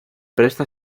presta